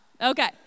Okay